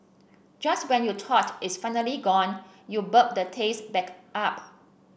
just when you thought it's finally gone you burp the taste back up